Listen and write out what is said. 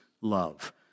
love